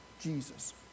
Jesus